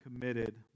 committed